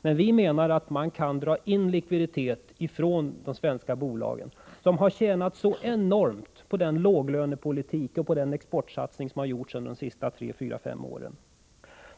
Men vi menar att man kan dra in likviditet från de svenska bolagen, som har tjänat enormt på den låglönepolitik som förts och den exportsatsning som gjorts under de senaste 3-5 åren.